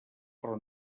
però